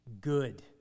good